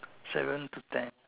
seven to ten